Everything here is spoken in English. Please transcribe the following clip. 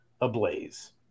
ablaze